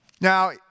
Now